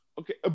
Okay